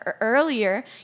earlier